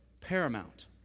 paramount